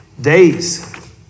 Days